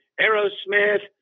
Aerosmith